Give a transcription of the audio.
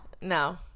No